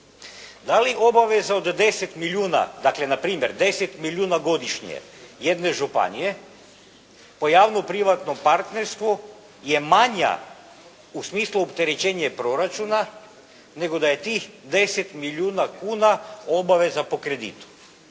Da li obaveza od 10 milijuna, dakle na primjer 10 milijuna godišnje jedne županije po javno-privatnom partnerstvu je manja u smislu opterećenja proračuna, nego da je tih 10 milijuna kuna obveza po kreditu.